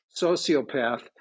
sociopath